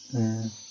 mm